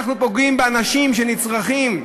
אנחנו פוגעים באנשים שנצרכים לשירותים,